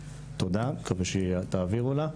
תודה, מקווה שיעבירו לה.